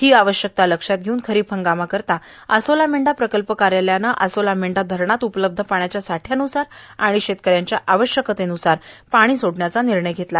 ही आवश्यकता लक्षात घेऊन खरीप हंगामाकरिता आसोलामेंढा प्रकल्प कार्यालयाने आसोला मेंढा धरणात उपलब्ध पाण्याच्या साठ्यान्सार आणि शेतकऱ्यांच्या आवश्यकतेन्सार पाणी सोडण्याचा निर्णय धेतला